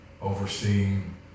overseeing